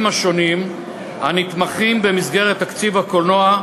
השונים הנתמכים במסגרת תקציב הקולנוע,